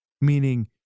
meaning